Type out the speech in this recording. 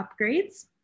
upgrades